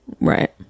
right